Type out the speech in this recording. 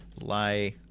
lie